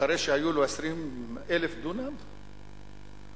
אחרי שהיו לו 20,000 דונם ב-1948,